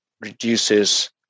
reduces